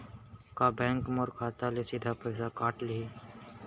का बैंक मोर खाता ले सीधा पइसा काट लिही?